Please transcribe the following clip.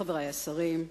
חברי השרים,